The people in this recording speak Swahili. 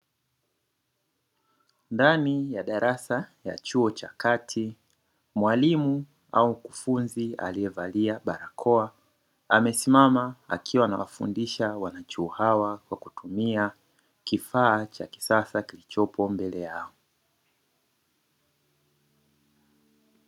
Ndani ya darasa la chuo cha kati, mwalimu au mkufunzi aliyevaa barakoa amesimama akiwafundisha wanachuo hawa kwa kutumia kifaa cha kisasa kilichopo mbele yao.